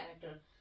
character